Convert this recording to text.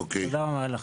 תודה רבה.